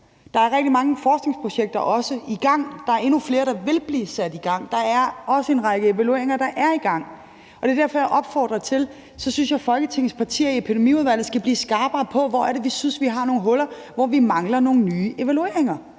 Der er også rigtig mange forskningsprojekter i gang. Der er endnu flere, der vil blive sat i gang. Der er også en række af evalueringer, der er i gang. Det er derfor, at jeg opfordrer til og jeg synes, at Folketingets partier i Epidemiudvalget skal blive skarpere på, hvor det er, vi synes, at vi har nogle huller, altså hvor vi mangler nogle nye evalueringer.